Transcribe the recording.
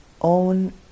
own